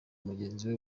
mugenzi